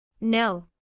No